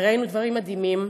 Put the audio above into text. וראינו דברים מדהימים.